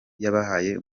yabahaye